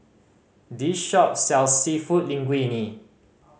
this shop sells Seafood Linguine